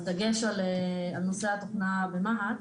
אז דגש על נושא התוכנה במה"ט